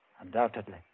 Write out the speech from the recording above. Undoubtedly